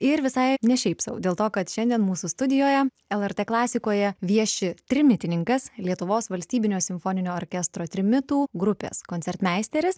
ir visai ne šiaip sau dėl to kad šiandien mūsų studijoje lrt klasikoje vieši trimitininkas lietuvos valstybinio simfoninio orkestro trimitų grupės koncertmeisteris